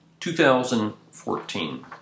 2014